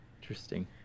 interesting